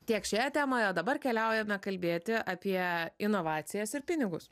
tiek šioje temoje o dabar keliaujame kalbėti apie inovacijas ir pinigus